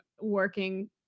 working